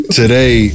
today